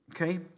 okay